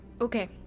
Okay